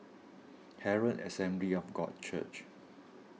Herald Assembly of God Church